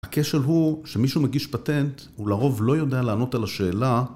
הכשל הוא שמישהו מגיש פטנט הוא לרוב לא יודע לענות על השאלה